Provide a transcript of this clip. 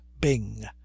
Bing